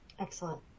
Excellent